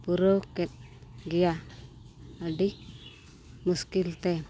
ᱯᱩᱨᱟᱹᱣ ᱠᱮᱫ ᱜᱮᱭᱟ ᱟᱹᱰᱤ ᱢᱩᱥᱠᱤᱞᱛᱮ